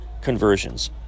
conversions